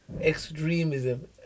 Extremism